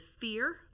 fear